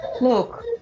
look